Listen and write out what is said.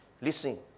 Listen